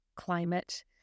climate